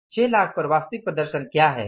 6 लाख पर वास्तविक प्रदर्शन क्या है